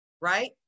right